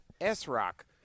S-Rock